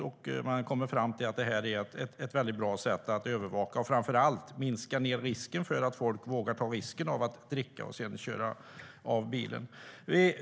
Man har kommit fram till att det här är ett väldigt bra sätt att övervaka och framför allt minska risken för att folk vågar ta risken att dricka och sedan köra bil.